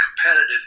competitive